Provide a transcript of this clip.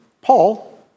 Paul